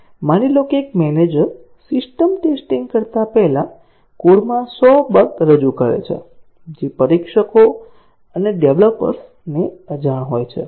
માની લો કે એક મેનેજર સિસ્ટમ ટેસ્ટીંગ કરતા પહેલા કોડમાં 100 બગ રજૂ કરે છે જે પરીક્ષકો અને ડેવલપર્સ ને અજાણ હોય છે